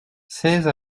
seize